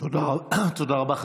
תודה רבה.